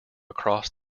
across